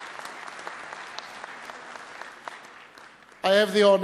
(מחיאות כפיים) I have the honor